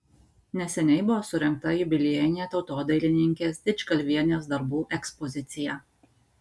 neseniai buvo surengta jubiliejinė tautodailininkės didžgalvienės darbų ekspozicija